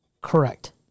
Correct